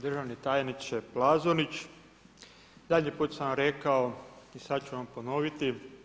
Državni tajniče Plazonić, zadnji put sam vam rekao i sad ću vam ponoviti.